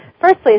Firstly